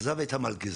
עזב את המלגזה.